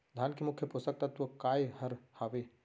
धान के मुख्य पोसक तत्व काय हर हावे?